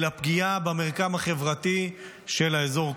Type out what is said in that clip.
אלא פגיעה במרקם החברתי של האזור כולו.